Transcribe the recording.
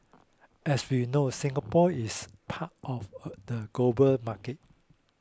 as we know Singapore is part of a the global market